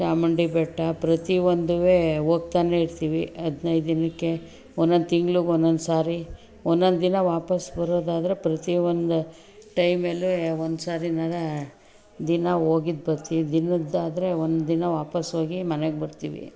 ಚಾಮುಂಡಿ ಬೆಟ್ಟ ಪ್ರತಿಯೊಂದೂ ಹೋಗ್ತಲೇ ಇರ್ತೀವಿ ಹದಿನೈದು ದಿನಕ್ಕೆ ಒಂದೊಂದು ತಿಂಗ್ಳಿಗೆ ಒಂದೊಂದು ಸಾರಿ ಒಂದೊಂದು ದಿನ ವಾಪಸ್ಸು ಬರೋದಾದರೆ ಪ್ರತಿಯೊಂದು ಟೈಮಲ್ಲೂ ಒಂದು ಸಾರಿನಾದ್ರೂ ದಿನ ಹೋಗಿದ್ದು ಬರ್ತೀವಿ ದಿನದ್ದಾದರೆ ಒಂದಿನ ವಾಪಸ್ಸು ಹೋಗಿ ಮನೆಗೆ ಬರ್ತೀವಿ